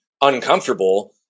uncomfortable